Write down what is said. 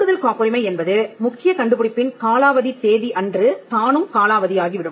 கூடுதல் காப்புரிமை என்பது முக்கிய கண்டுபிடிப்பின் காலாவதி தேதி அன்று தானும் காலாவதியாகிவிடும்